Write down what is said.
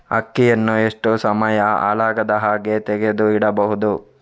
ಅಕ್ಕಿಯನ್ನು ಎಷ್ಟು ಸಮಯ ಹಾಳಾಗದಹಾಗೆ ತೆಗೆದು ಇಡಬಹುದು?